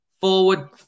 forward